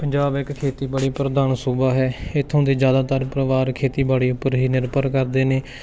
ਪੰਜਾਬ ਇੱਕ ਖੇਤੀਬਾੜੀ ਪ੍ਰਧਾਨ ਸੂਬਾ ਹੈ ਇੱਥੋਂ ਦੇ ਜ਼ਿਆਦਾਤਰ ਪਰਿਵਾਰ ਖੇਤੀਬਾੜੀ ਉੱਪਰ ਹੀ ਨਿਰਭਰ ਕਰਦੇ ਨੇ